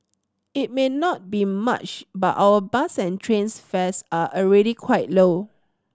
it may not be much but our bus and trains fares are already quite low